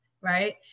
right